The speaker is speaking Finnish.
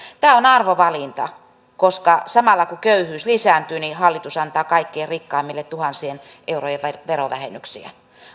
tämä on arvovalinta koska samalla kun köyhyys lisääntyy hallitus antaa kaikkein rikkaimmille tuhansien eurojen verovähennyksiä